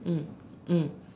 mm mm